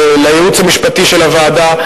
לייעוץ המשפטי של הוועדה,